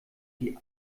die